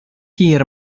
hir